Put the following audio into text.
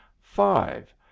Five